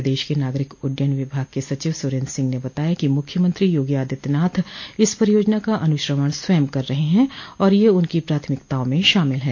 प्रदेश के नागरिक उड्डयन विभाग के सचिव सुरेन्द्र सिंह ने बताया है कि मुख्यमंत्री योगी आदित्यनाथ इस परियोजना का अनुश्रवण स्वयं कर रहे हैं और यह उनकी प्राथमिकताओं में शामिल है